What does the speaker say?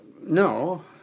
no